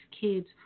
kids